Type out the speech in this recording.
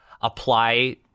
apply